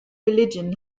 religion